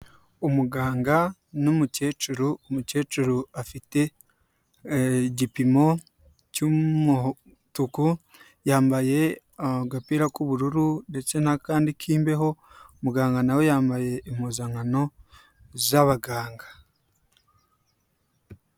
Umuganga n'umukecuru umukecuru afite igipimo cy'umutuku, yambaye agapira k'ubururu ndetse n'akandi k'imbeho, muganga na we yambaye impuzankano z'abaganga.